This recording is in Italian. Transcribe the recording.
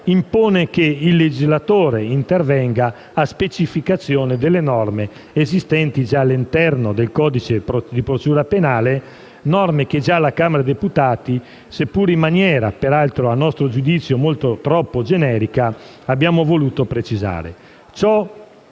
impone che il legislatore intervenga a specificazione delle norme esistenti già all'interno del codice di procedura penale, norme che già la Camera dei deputati ha previsto, seppure in maniera - a nostro giudizio - troppo generica, e che noi abbiamo voluto precisare.